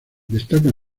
destacan